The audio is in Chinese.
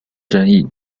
争议